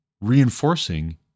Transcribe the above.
reinforcing